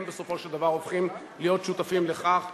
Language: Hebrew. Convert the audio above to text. בסופו של דבר הופכים להיות שותפים לכך.